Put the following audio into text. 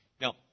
Now